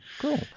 Cool